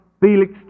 Felix